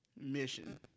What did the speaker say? mission